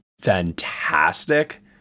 fantastic